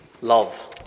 love